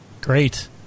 Great